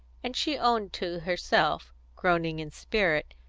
and she owned to herself, groaning in spirit,